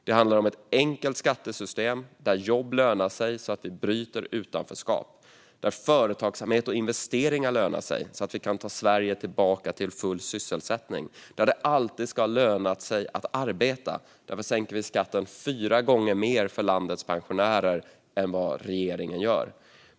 Det handlar om ett enkelt skattesystem där jobb lönar sig så att vi bryter utanförskap, där företagsamhet och investeringar lönar sig så att vi kan ta Sverige tillbaka till full sysselsättning och där det alltid ska löna sig att ha arbetat - och därför sänker vi skatten fyra gånger mer för landets pensionärer än vad regeringen gör.